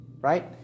Right